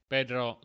Pedro